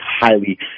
highly